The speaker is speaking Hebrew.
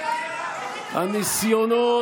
הניסיונות